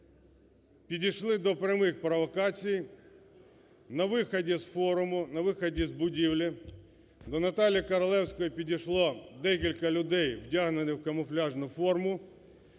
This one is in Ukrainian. підійшли до прямих провокацій. На виході з форуму, на виході з будівлі до Наталії Королевської підійшло декілька людей, вдягнених у камуфляжну форму,